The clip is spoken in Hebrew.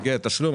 מגיע התשלום,